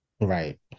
Right